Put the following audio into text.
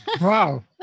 Wow